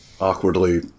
awkwardly